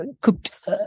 cooked